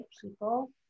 people